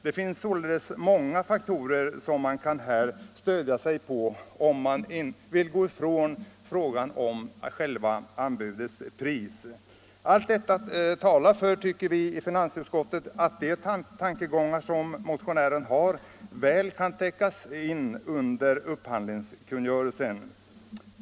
Det finns således många faktorer att stödja sig på om man vill bortse från priset. Detta tycker vi i finansutskottet talar för att motionärens tankegångar väl kan täckas in i upphandlingskungörelsen.